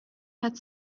hat